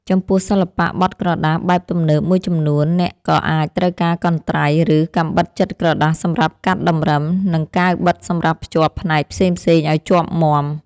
ចំពោះសិល្បៈបត់ក្រដាសបែបទំនើបមួយចំនួន អ្នកក៏អាចត្រូវការកន្ត្រៃ ឬកាំបិតចិតក្រដាសសម្រាប់កាត់តម្រឹម និងកាវបិទសម្រាប់ភ្ជាប់ផ្នែកផ្សេងៗឱ្យជាប់មាំ។